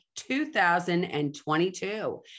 2022